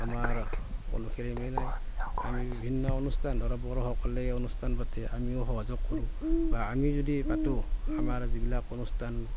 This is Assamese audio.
আমাৰ কোনো খেলি মেলি নাই আমি বিভিন্ন অনুষ্ঠান ধৰক বড়োসকলে অনুষ্ঠান পাতে আমিও সহযোগ কৰো বা আমি যদি পাতো আমাৰ যিবিলাক অনুষ্ঠান থাকে